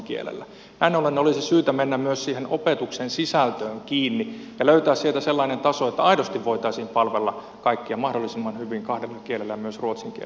näin ollen olisi syytä mennä myös siihen opetuksen sisältöön kiinni ja löytää sieltä sellainen taso että aidosti voitaisiin palvella kaikkia mahdollisimman hyvin kahdella kielellä myös ruotsin kielellä